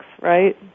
right